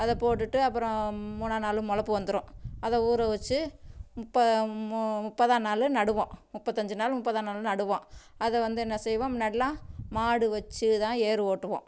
அதை போட்டுட்டு அப்புறம் மூணா நாள் மொளப்பு வந்துரும் அதை ஊற வச்சி முப்ப மு முப்பதாந்நாள் நடுவோம் முப்பத்தஞ்சு நாள் முப்பதாந்நாள் நடுவோம் அதை வந்து என்ன செய்வோம் முன்னாடிலாம் மாடு வச்சு தான் ஏர் ஓட்டுவோம்